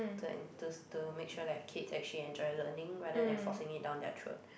to en~ to make sure like kids actually enjoy learning rather than forcing it down their throat